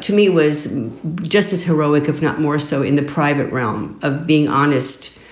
to me was just as heroic, if not more so in the private realm of being honest.